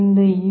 இந்த யூ